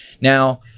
Now